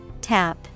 Tap